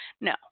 No